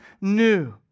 new